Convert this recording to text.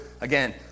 again